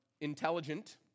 intelligent